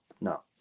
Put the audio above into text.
no